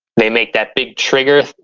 they make that big trigger